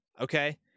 okay